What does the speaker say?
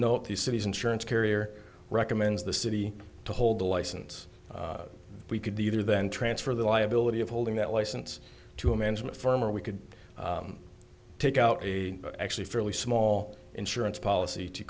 note the city's insurance carrier recommends the city to hold a license we could either then transfer the liability of holding that license to a management firm or we could take out a actually fairly small insurance policy to